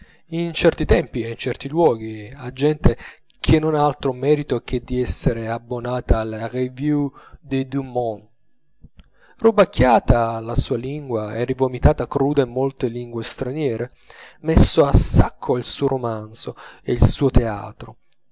in certi tempi e in certi luoghi a gente che non ha altro merito che di essere abbonata alla revue des deux mondes rubacchiata la sua lingua e rivomitata cruda in molte lingue straniere messo a sacco il suo romanzo e il suo teatro